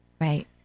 Right